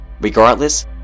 Regardless